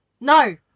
No